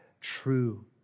true